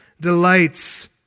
delights